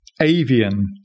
avian